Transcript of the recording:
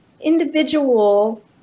individual